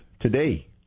today